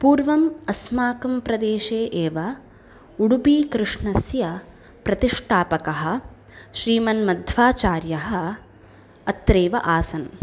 पूर्वम् अस्माकं प्रदेशे एव उडुपिकृष्णस्य प्रतिष्ठापकः श्रीमन्मध्वाचार्यः अत्रैव आसीत्